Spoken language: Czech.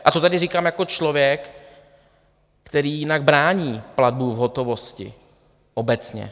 A to tady říkám jako člověk, který jinak brání platbu v hotovosti obecně.